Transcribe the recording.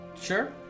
Sure